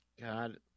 God